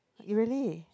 really